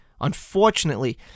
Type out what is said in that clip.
unfortunately